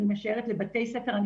אני משערת לבתי הספר,